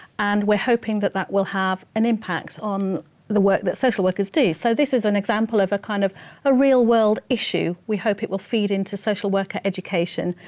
and we're hoping that that will have an impact on the work that social workers do. so this is an example of a kind of a real world issue. we hope it will feed into social worker education,